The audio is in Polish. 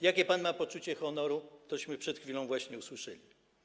Jakie pan ma poczucie honoru, tośmy przed chwilą właśnie usłyszeli.